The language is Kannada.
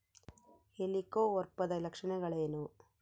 ಹೆಲಿಕೋವರ್ಪದ ಲಕ್ಷಣಗಳೇನು?